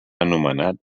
anomenat